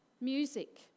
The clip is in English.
music